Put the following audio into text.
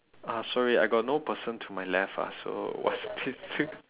ah sorry I got no person to my left ah so what's